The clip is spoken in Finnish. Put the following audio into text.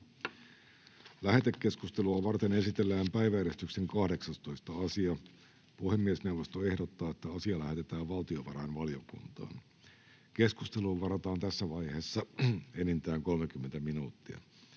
Lähetekeskustelua varten esitellään päiväjärjestyksen 18. asia. Puhemiesneuvosto ehdottaa, että asia lähetetään valtiovarainvaliokuntaan. Keskusteluun varataan tässä vaiheessa enintään 30 minuuttia.